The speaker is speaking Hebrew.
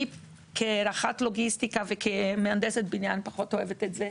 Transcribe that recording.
אני כרח"ט לוגיסטיקה וכמהנדסת בניין פחות אוהבת את זה,